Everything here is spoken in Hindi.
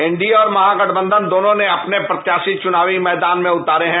एनडीए और महागठबंधन दोनों ने अपने प्रत्याशी चुनावी मैदान में उतारे हैं